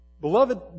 Beloved